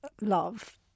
love